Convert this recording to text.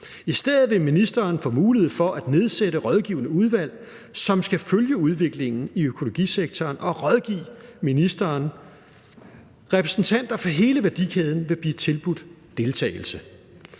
I stedet vil ministeren få mulighed for at nedsætte rådgivende udvalg, som skal følge udviklingen i økologisektoren og rådgive ministeren. Repræsentanter for hele værdikæden vil blive tilbudt deltagelse.